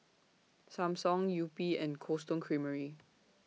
Samsung Yupi and Cold Stone Creamery